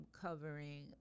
covering